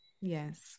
Yes